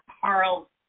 Carl